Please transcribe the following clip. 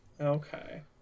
Okay